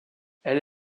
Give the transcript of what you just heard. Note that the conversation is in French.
elle